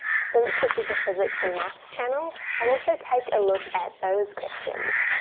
since this is a physics and maths channel i'll also take a look at those questions.